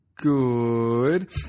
Good